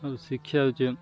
ଆଉ ଶିକ୍ଷା ହେଉଛି